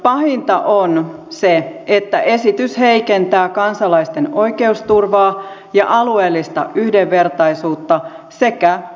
pahinta on se että esitys heikentää kansalaisten oikeusturvaa ja alueellista yhdenvertaisuutta sekä ruuhkauttaa käsittelyjä